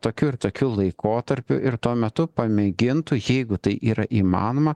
tokiu ir tokiu laikotarpiu ir tuo metu pamėgintų jeigu tai yra įmanoma